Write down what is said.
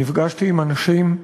נפגשתי עם אנשים,